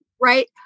Right